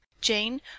jane